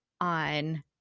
on